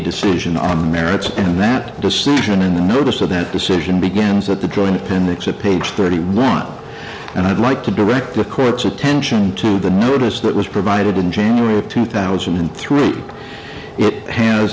decision on the merits and that decision in the notice of that decision begins at the joint can accept page thirty one and i'd like to direct the court's attention to the notice that was provided in january of two thousand and three it ha